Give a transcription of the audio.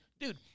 dude